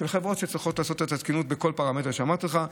של חברות שצריכות לדאוג לתקינות בכל פרמטר שאמרתי לך.